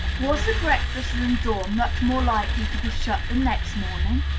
was the breakfast-room door much more likely to be shut the next morning?